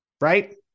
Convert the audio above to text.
right